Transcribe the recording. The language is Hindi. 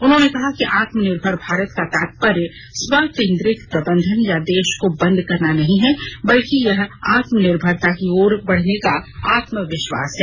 उन्होंने कहा कि आत्मनिर्भर भारत का तात्पर्य स्व केन्द्रित प्रबंधन या देश को बंद करना नहीं है बल्कि यह आत्मनिर्भरता की ओर बढ़ने का आत्मविश्वास है